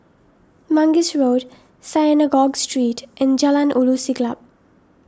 Mangis Road Synagogue Street and Jalan Ulu Siglap